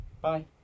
Bye